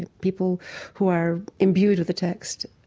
ah people who are imbued with the text,